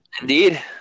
Indeed